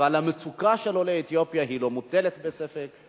אבל המצוקה של עולי אתיופיה לא מוטלת בספק.